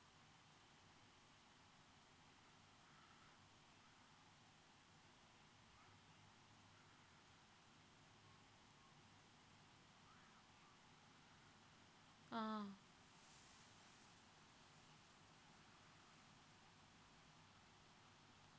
ah